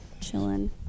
Chilling